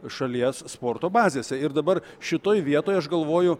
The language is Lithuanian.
šalies sporto bazėse ir dabar šitoj vietoj aš galvoju